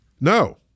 no